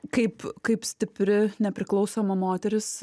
kaip kaip stipri nepriklausoma moteris